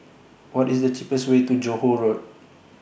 What IS The cheapest Way to Johore Road